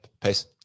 Peace